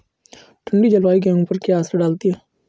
ठंडी जलवायु गेहूँ पर क्या असर डालती है?